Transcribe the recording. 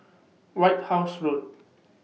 White House Road